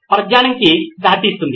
పరధ్యానం కి దారి తీస్తుంది